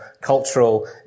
cultural